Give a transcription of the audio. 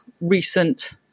recent